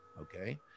Okay